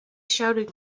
shouted